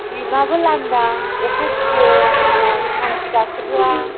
जिपआबो लांदां अखा सियो मानसि गाखोब्ला